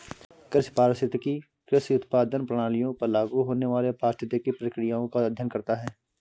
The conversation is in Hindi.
कृषि पारिस्थितिकी कृषि उत्पादन प्रणालियों पर लागू होने वाली पारिस्थितिक प्रक्रियाओं का अध्ययन करता है